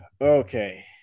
Okay